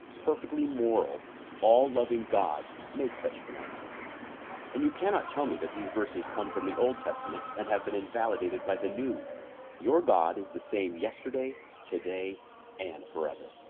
perfectly moral all loving god make such pronouncements and you cannot tell me that these verses come from the old testament and have been invalidated by the new your god is the same yesterday today and forever?